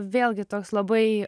vėlgi toks labai